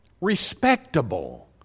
respectable